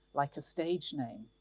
like a stage name.